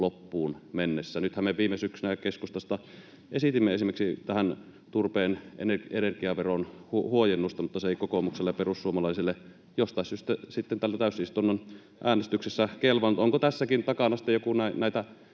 loppuun mennessä. Nythän me keskustasta viime syksynä jo esitimme esimerkiksi turpeen energiaveron huojennusta, mutta se ei kokoomukselle ja perussuomalaisille jostain syystä sitten täällä täysistunnon äänestyksessä kelvannut. Onko tässäkin takana sitten joku näitä